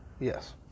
yes